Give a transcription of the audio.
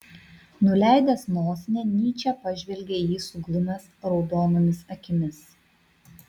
nuleidęs nosinę nyčė pažvelgė į jį suglumęs raudonomis akimis